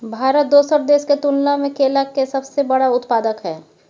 भारत दोसर देश के तुलना में केला के सबसे बड़ उत्पादक हय